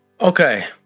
Okay